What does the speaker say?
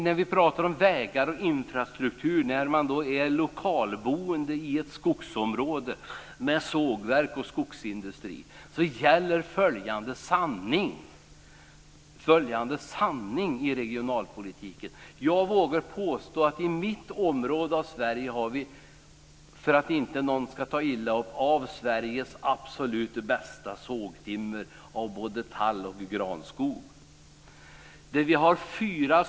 När vi talar om vägar och infrastruktur så måste jag säga att när man är lokalboende i ett skogsområde med sågverk och skogsindustri så gäller följande sanning i regionalpolitiken. Jag vågar påstå att i mitt område av Sverige har vi, för att inte någon ska ta illa upp, bland det absolut bästa sågtimmer av både tall och granskog som finns i Sverige.